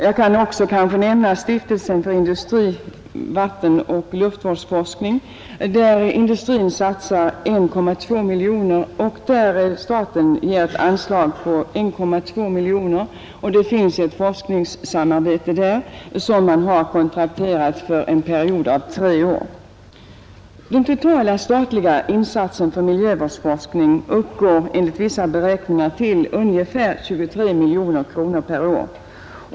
Jag kan kanske också nämna Stiftelsen för industri-, vattenoch luftvårdsforskning, där industrin satsar 1,2 miljoner kronor och staten ger ett anslag på 1,2 miljoner kronor. Forskningssamarbete har kontrakterats för en period av tre år. Den totala statliga insatsen för miljövårdsforskning uppgår enligt vissa beräkningar till ungefär 23 miljoner kronor per år.